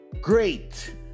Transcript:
great